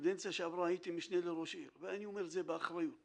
בקדנציה שעברה הייתי משנה לראש עיר ואני אומר את זה באחריות,